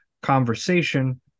conversation